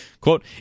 Quote